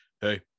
Hey